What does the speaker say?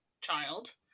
child